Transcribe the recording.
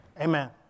Amen